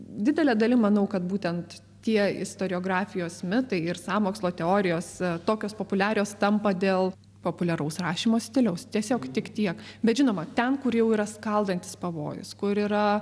didele dalim manau kad būtent tie istoriografijos mitai ir sąmokslo teorijos tokios populiarios tampa dėl populiaraus rašymo stiliaus tiesiog tik tiek bet žinoma ten kur jau yra skaldantis pavojus kur yra